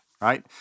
right